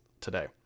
today